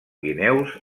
guineus